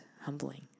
humbling